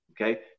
Okay